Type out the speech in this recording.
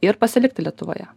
ir pasilikti lietuvoje